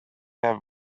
have